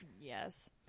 Yes